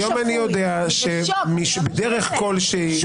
היום אני יודע שבדרך כלשהי --- אני בשוק.